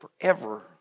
forever